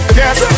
yes